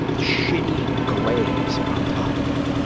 shitty glaze on top of it,